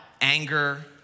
anger